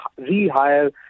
rehire